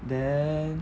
then